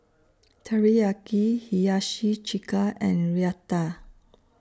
Teriyaki Hiyashi Chuka and Raita